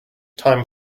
time